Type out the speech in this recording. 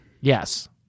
Yes